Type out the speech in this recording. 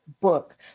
book